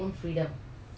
ஆமா:aama